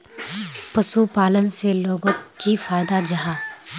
पशुपालन से लोगोक की फायदा जाहा?